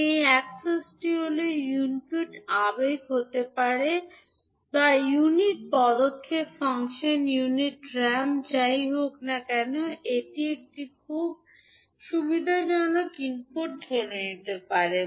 এই অ্যাক্সেসটি হল ইউনিট আবেগ হতে পারে বা ইউনিট পদক্ষেপ ফাংশন ইউনিট র্যাম্প যাই হোক না কেন আপনি এটি সুবিধাজনক ইনপুট ধরে নিতে পারেন